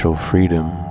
freedom